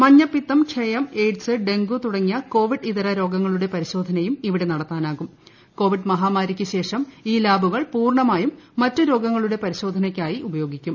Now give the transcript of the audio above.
മഞ്ഞപ്പിത്തം ക്ഷയം AIDS dengue തുടങ്ങിയ കോവിഡ് ഇതര രോഗങ്ങളുടെ പരിശോധനയും ഇവിടെ നടത്താനാക്ടൂർ കോവിഡ് മഹാമാരിക്ക് ശേഷം ഈ ലാബുക്ടശ്ലീപൂർണ്ണമായും മറ്റ് രോഗങ്ങളുടെ പരിശോധനയ്ക്കായി ഉപയോഗിക്കും